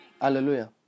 hallelujah